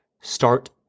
start